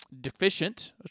deficient